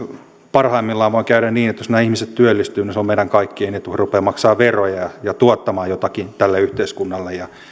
parhaimmillaan voi käydä niin että jos nämä ihmiset työllistyvät niin se on meidän kaikkien etu he rupeavat maksamaan veroja ja ja tuottamaan jotakin tälle yhteiskunnalle ja